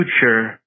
future